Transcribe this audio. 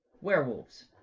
werewolves